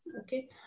Okay